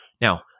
Now